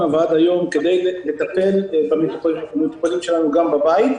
ועד היום כדי לטפל במטופלים שלנו גם בבית.